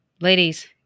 Ladies